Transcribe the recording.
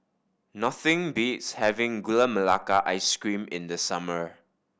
nothing beats having Gula Melaka Ice Cream in the summer